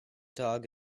dog